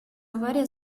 авария